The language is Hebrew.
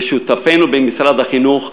ושותפינו במשרד החינוך,